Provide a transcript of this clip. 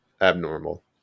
abnormal